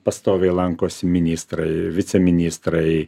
pastoviai lankosi ministrai viceministrai